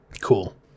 Cool